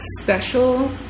special